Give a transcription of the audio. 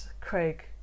Craig